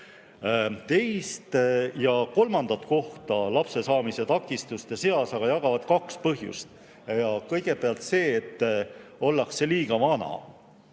Teist ja kolmandat kohta lapsesaamise takistuste seas aga jagavad kaks põhjust. Kõigepealt see, et ollakse liiga vana.